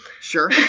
Sure